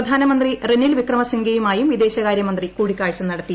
പ്രധാനമന്ത്രി റെനിൽ വിക്രമസിംഗെയുമായുംവിദേശകാര്യ മന്ത്രി കൂടിക്കാഴ്ച നടത്തി